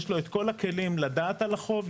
יש לו את כל הכלים לדעת על החוב,